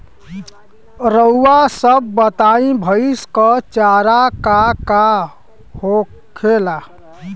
रउआ सभ बताई भईस क चारा का का होखेला?